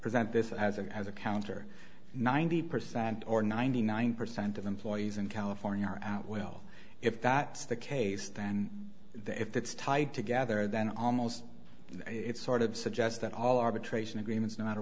present this as a as a counter ninety percent or ninety nine percent of employees in california are out well if that's the case then if that's tied together then almost it's sort of suggest that all arbitration agreements no